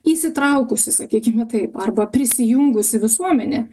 įsitraukusi sakykime taip arba prisijungusi visuomenė